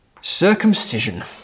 circumcision